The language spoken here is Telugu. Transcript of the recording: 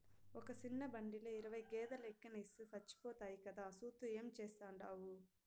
ఒక సిన్న బండిల ఇరవై గేదేలెనెక్కిస్తే సచ్చిపోతాయి కదా, సూత్తూ ఏం చేస్తాండావు